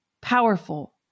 Powerful